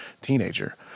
teenager